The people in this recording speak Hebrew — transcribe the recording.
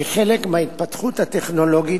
כחלק מההתפתחות הטכנולוגית,